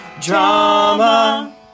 Drama